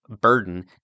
burden